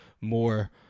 more